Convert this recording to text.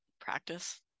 practice